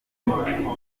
mama